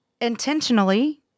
intentionally